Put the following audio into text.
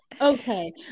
okay